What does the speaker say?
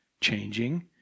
changing